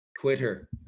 Twitter